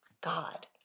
God